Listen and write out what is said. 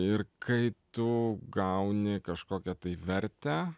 ir kai tu gauni kažkokią tai vertę